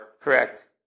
Correct